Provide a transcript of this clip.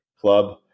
club